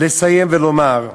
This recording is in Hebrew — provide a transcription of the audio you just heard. לסיים ולומר: